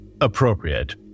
appropriate